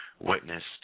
witnessed